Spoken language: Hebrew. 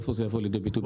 איפה זה יבוא לידי ביטוי?